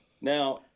now